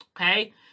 Okay